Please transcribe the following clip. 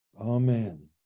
amen